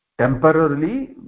Temporarily